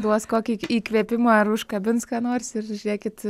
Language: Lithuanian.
duos kokį įkvėpimą ar užkabins ką nors ir žiūrėkit